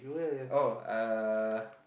oh ah